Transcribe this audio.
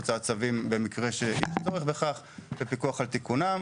הוצאת צווים במקרים שיש צורך ופיקוח על תיקונם.